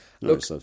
Look